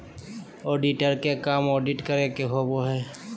auditor के काम audit करे के होबो हइ